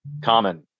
common